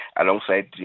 alongside